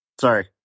Sorry